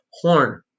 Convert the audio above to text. horn